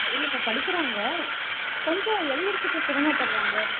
இல்லைங்க படிக்கிறாங்க கொஞ்சம் எழுதுறத்துக்கு சிரமப்படுறாங்க